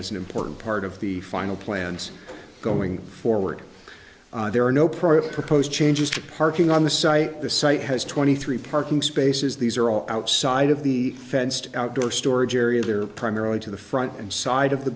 is an important part of the final plans going forward there are no proposed changes to parking on the site the site has twenty three parking spaces these are all outside of the fenced outdoor storage area there primarily to the front and side of the